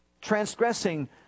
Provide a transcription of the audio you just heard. transgressing